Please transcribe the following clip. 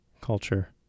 culture